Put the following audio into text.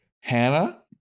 hannah